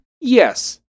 Yes